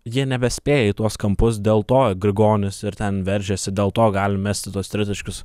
jie nebespėja į tuos kampus dėl to grigonis ir ten veržiasi dėl to galim mesti tuos tritaškius